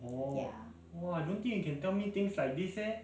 ya